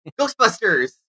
Ghostbusters